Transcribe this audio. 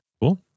Cool